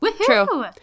True